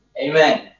Amen